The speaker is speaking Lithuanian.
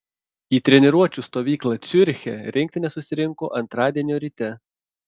į treniruočių stovyklą ciuriche rinktinė susirinko antradienio ryte